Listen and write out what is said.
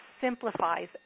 simplifies